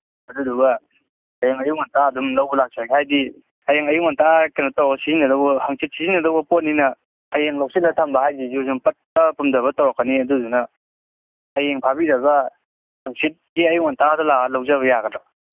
ꯑꯗꯨꯗꯨꯒ ꯍꯌꯦꯡ ꯑꯌꯨꯛ ꯉꯟꯇꯥ ꯑꯗꯨꯝ ꯂꯧꯕ ꯂꯥꯛꯆꯒꯦ ꯍꯥꯏꯗꯤ ꯍꯌꯦꯡ ꯑꯌꯨꯛ ꯉꯟꯇꯥ ꯀꯩꯅꯣ ꯇꯧ ꯁꯤꯖꯤꯟꯅꯗꯧꯕ ꯍꯥꯡꯆꯤꯠ ꯁꯤꯖꯤꯟꯅꯗꯧꯕ ꯄꯣꯠꯅꯤꯅ ꯍꯌꯦꯡ ꯂꯧꯁꯤꯜꯂ ꯊꯝꯕ ꯍꯥꯏꯁꯤ ꯑꯗꯨꯝ ꯄꯠꯊ ꯄꯨꯝꯗꯕ ꯇꯧꯔꯛꯀꯅꯤ ꯑꯗꯨꯗꯨꯅ ꯍꯌꯦꯡ ꯐꯥꯕꯤꯔꯒ ꯍꯥꯡꯆꯤꯠꯀꯤ ꯑꯌꯨꯛ ꯉꯟꯇꯥꯗ ꯂꯥꯛꯑ ꯂꯧꯖꯕ ꯌꯥꯒꯗ꯭ꯔꯥ